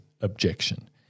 objection